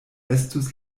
estus